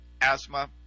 asthma